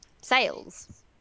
sales